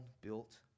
built